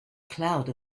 cloud